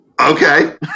Okay